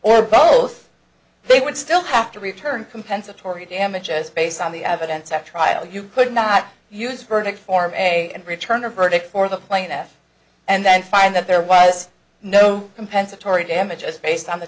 or both they would still have to return compensatory damages based on the evidence at trial you could not use verdict form a and return a verdict for the plaintiff and then find that there was no compensatory damages based on the